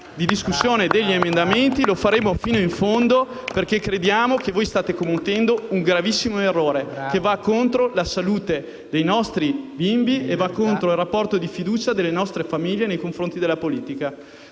dal Gruppo LN-Aut)*. E lo faremo fino in fondo, perché crediamo che stiate commettendo un gravissimo errore, che va contro la salute dei nostri bimbi e il rapporto di fiducia delle nostre famiglie nei confronti della politica.